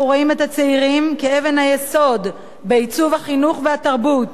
אנחנו רואים את הצעירים כאבן היסוד בעיצוב החינוך והתרבות